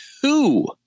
two